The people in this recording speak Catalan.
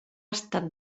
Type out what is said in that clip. estat